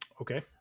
Okay